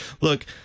Look